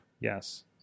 Yes